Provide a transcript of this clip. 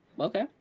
Okay